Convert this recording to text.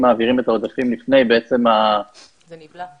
מעבירים את העודפים לפני --- זה נבלע.